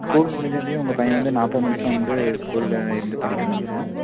school முடிஞ்சதியும் உங்கள் பையன் வந்து நாற்பது நிமிஷம் வந்து ஸ்கூலில் இருந்து படிக்கணுங்க